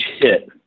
hit